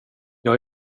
jag